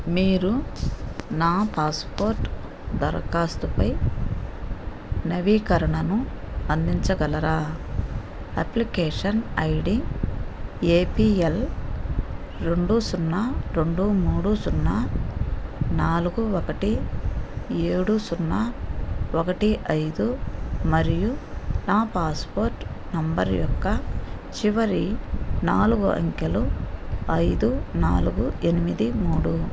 మీరు నా పాస్పోర్ట్ దరఖాస్తుపై నవీకరణను అందించగలరా application I D A P L రెండు సున్నా రెండు మూడు సున్నా నాలుగు ఒకటి ఏడు సున్నా ఒకటి ఐదు మరియు నా పాస్పోర్ట్ నంబర్ యొక్క చివరి నాలుగు అంకెలు ఐదు నాలుగు ఎనిమిది మూడు